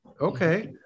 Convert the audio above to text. okay